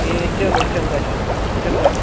एह् चलो चंगा फ्ही चंगा जी